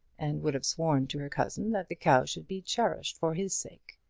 and would have sworn to her cousin that the cow should be cherished for his sake.